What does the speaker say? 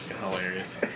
hilarious